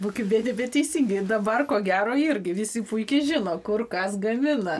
būkim biedni bet teisingi dabar ko gero irgi visi puikiai žino kur kas gamina